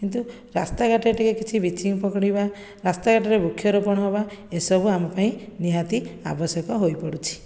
କିନ୍ତୁ ରାସ୍ତାଘାଟରେ ଟିକେ କିଛି ବ୍ଲିଚିଙ୍ଗ ପଡ଼ିବା ରାସ୍ତାଘାଟରେ ବୃକ୍ଷରୋପଣ ହେବା ଏସବୁ ଆମ ପାଇଁ ନିହାତି ଆବଶ୍ୟକ ହୋଇ ପଡ଼ୁଛି